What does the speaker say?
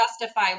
justify